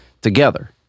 together